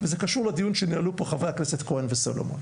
וזה קשור לדיון שניהלו פה חברי הכנסת כהן וסולומון.